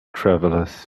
travelers